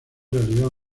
realidad